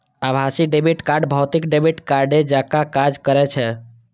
आभासी debit card भौतिक debit कार्डे जकां काज करै छै